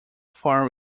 far